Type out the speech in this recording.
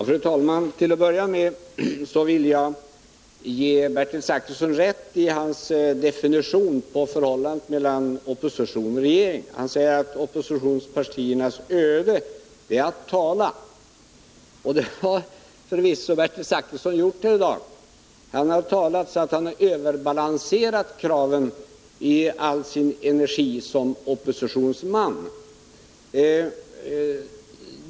Fru talman! Till att börja med vill jag ge Bertil Zachrisson rätt i hans definition på förhållandet mellan opposition och regering. Han säger att oppositionspartiernas öde är att tala. Och det har förvisso Bertil Zachrisson gjort här i dag. Han har talat så att han har överbalanserat kraven i all sin energi som oppositionsman.